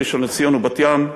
ראשון-לציון ובת-ים,